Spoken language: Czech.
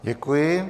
Děkuji.